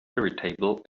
irritable